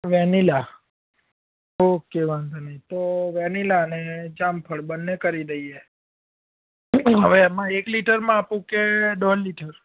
vanilla okay વાંધો નઈ તો વેલીએ ને જામફળ બંને કરી દઈએ હસે એમાં એક લિટર માં આપું કે દોઢ લિટર માં